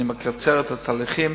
אני מקצר את התהליכים,